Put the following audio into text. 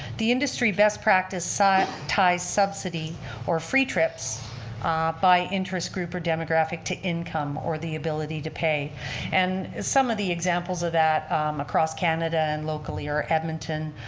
the industry best practice ties subsidy or free trips by interest group or demographic to income or the ability to pay and some of the examples of that across canada and locally are edmonton,